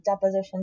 deposition